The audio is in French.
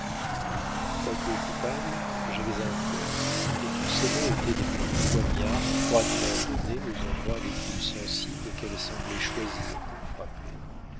quoique coupable j'avais un cœur et tous ces mots étaient des coups de poignard froidement donnés aux endroits les plus sensibles qu'elle semblait choisir pour frapper